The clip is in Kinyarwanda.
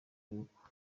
y’uko